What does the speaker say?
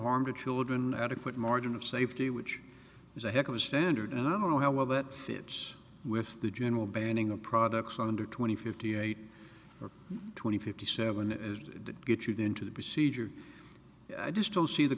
harm to children adequate margin of safety which is a heck of a standard and i don't know how well that fits with the general banning of products under twenty fifty eight or twenty fifty seven and get you to into the procedure i just don't see the